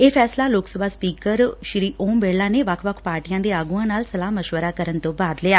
ਇਹ ਫੈਸਲਾ ਲੋਕ ਸਭਾ ਸਪੀਕਰ ਓਮ ਬਿਰਲਾ ਨੇ ਵੱਖ ਵੱਖ ਪਾਰਟੀਆਂ ਦੇ ਆਗੁਆਂ ਨਾਲ ਸਲਾਹ ਮਸ਼ਵਰਾ ਕਰਨ ਤੋਂ ਬਾਅਦ ਲਿਆ